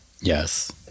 Yes